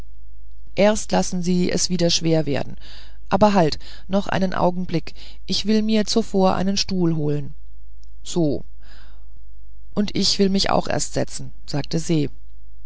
erst lassen sie es schwer werden aber halt noch einen augenblick ich will mir zuvor einen stuhl holen so und ich will mich auch erst setzen sagte se